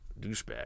douchebag